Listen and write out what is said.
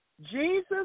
Jesus